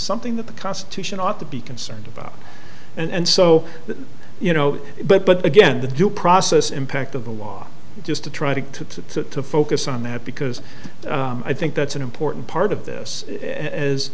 something that the constitution ought to be concerned about and so you know but but again the due process impact of the law just to try to to focus on that because i think that's an important part of this as